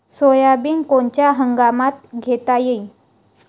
Soybean कोनच्या हंगामात घेता येईन?